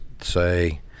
say